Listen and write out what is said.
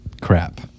crap